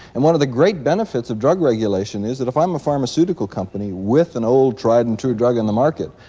and one of the great benefits of drug regulation is that if i'm a pharmaceutical company, with an old tried and true drug on the market,